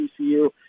TCU